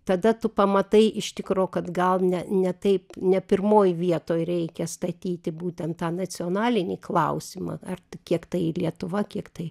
tada tu pamatai iš tikro kad gal ne ne taip ne pirmoj vietoj reikia statyti būtent tą nacionalinį klausimą ar kiek tai lietuva kiek tai